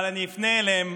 אבל אני אפנה אליהם,